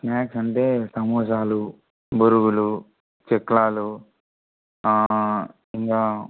snacks అంటే సమోసాలు బురుగులు చెక్కిలాలు ఇంకా